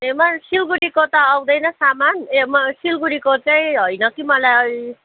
ए मलाई सिलगडीको त आउँदैन सामान ए मलाई सिलगडीको चाहिँ होइन कि मलाई